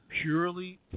purely